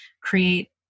create